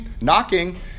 knocking